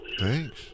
Thanks